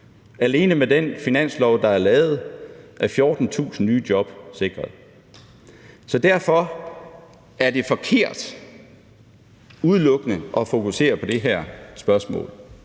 Alene med den finanslov, der er lavet, er 14.000 nye job sikret. Så derfor er det forkert udelukkende at fokusere på det her spørgsmål.